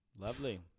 Lovely